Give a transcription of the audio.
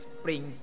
Spring